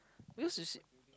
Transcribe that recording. because you see